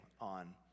on